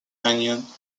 union